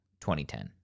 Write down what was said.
2010